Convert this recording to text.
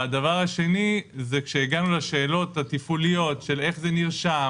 והדבר השני זה כשהגענו לשאלות התפעוליות של איך זה נרשם